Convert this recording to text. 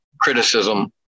Criticism